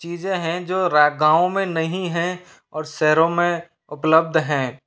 चीज़ें हैं जो रा गाँव में नहीं है और शहरों में उपलब्ध हैं